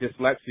dyslexia